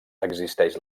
existeix